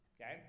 Okay